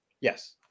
Yes